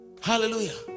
hallelujah